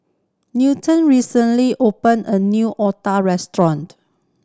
Newton recently opened a new otah restaurant